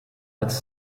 als